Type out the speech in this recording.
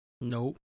nope